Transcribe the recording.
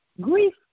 grief